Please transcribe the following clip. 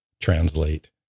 translate